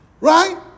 right